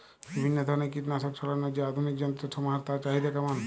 বিভিন্ন ধরনের কীটনাশক ছড়ানোর যে আধুনিক যন্ত্রের সমাহার তার চাহিদা কেমন?